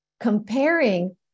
comparing